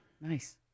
Nice